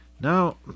Now